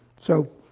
so